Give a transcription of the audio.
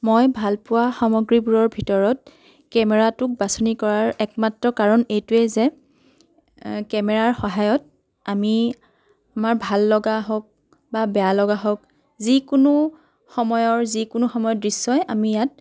মই ভালপোৱা সামগ্ৰীবোৰৰ ভিতৰত কেমেৰাটোক বাচনি কৰাৰ একমাত্ৰ কাৰণ এইটোৱেই যে কেমেৰাৰ সহায়ত আমি আমাৰ ভাল লগা হওক বা বেয়া লগা হওক যিকোনো সময়ৰ যিকোনো সময়ৰ দৃশ্যই আমি ইয়াত